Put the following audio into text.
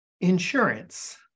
insurance